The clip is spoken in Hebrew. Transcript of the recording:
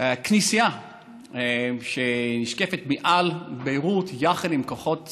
כנסייה שמשקיפה מעל ביירות יחד עם כוחות צד"ל.